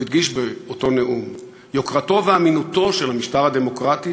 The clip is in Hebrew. הוא הדגיש באותו נאום: "יוקרתו ואמינותו של המשטר הדמוקרטי